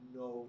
no